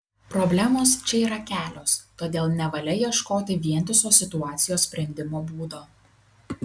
problemos čia yra kelios todėl nevalia ieškoti vientiso situacijos sprendimo būdo